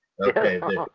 Okay